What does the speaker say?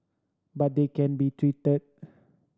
but they can be treated